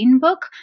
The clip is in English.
book